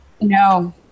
no